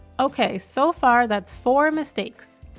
okay so far that's four mistakes.